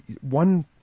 one